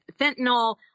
fentanyl